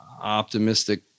optimistic